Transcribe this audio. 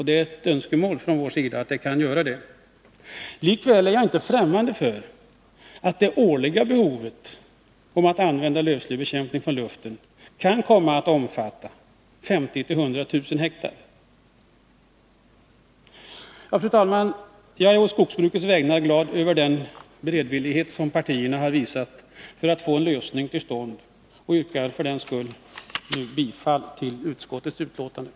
Det är ett önskemål från vår sida. Likväl är jag inte främmande för att det årliga behovet av att använda lövslybekämpning från luften kan komma att omfatta 50 000-100 000 hektar. Fru talman! Jag är på skogsbrukets vägnar glad över den beredvillighet som partierna nu har visat för att få en lösning till stånd och yrkar för den skull bifall till utskottets hemställan.